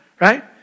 right